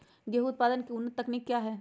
गेंहू उत्पादन की उन्नत तकनीक क्या है?